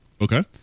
Okay